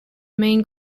main